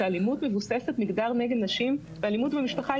שאלימות מבוססת מגדר נגד נשים ואלימות במשפחה,